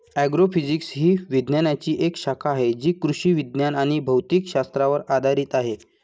agrophysics ही विज्ञानाची एक शाखा आहे जी कृषी विज्ञान आणि भौतिक शास्त्रावर आधारित आहे